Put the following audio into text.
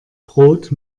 brot